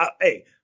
hey